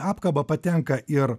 apkabą patenka ir